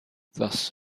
thus